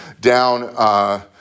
down